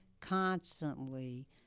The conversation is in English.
constantly